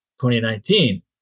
2019